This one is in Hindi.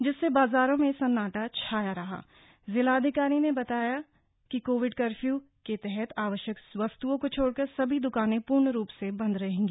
जिससे बाजारों में सन्नाटा छाया रहा जिलाधिकारी ने बताया कि कोविड कर्फ्यू के तहत आवश्यक वस्तुओं को छोड़कर सभी दुकाने पूर्ण रुप से बंद रहेंगी